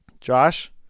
Josh